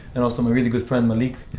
and also my really good friend, malik.